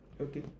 okay